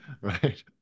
Right